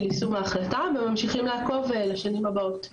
יישום ההחלטה וממשיכים לעקוב לשנים הבאות.